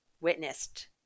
witnessed